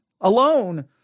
alone